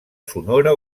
sonora